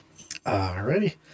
Alrighty